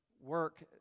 work